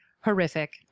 horrific